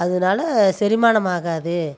அதனால செரிமானம் ஆகாது